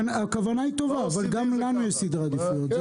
הכוונה היא טובה, אבל גם לנו יש סדרי עדיפויות.